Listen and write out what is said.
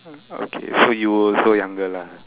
okay so you were also younger lah